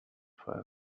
for